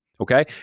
Okay